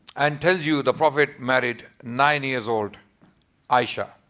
and tells you the prophet married nine years old aisha.